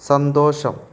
സന്തോഷം